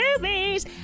movies